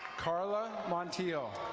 carla montiel.